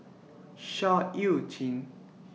Seah EU Chin